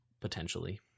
potentially